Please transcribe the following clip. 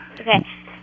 Okay